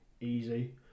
easy